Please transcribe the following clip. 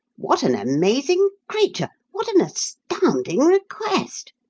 what an amazing creature what an astounding request!